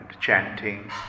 chanting